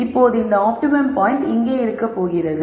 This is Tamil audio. இப்போது இந்த ஆப்டிமம் பாயின்ட் இங்கே இருக்க போகிறது